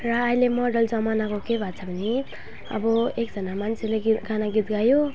र अहिले मोडर्न जमानाको के भएको छ भने अब एकजना मान्छेले गाना गीत गायो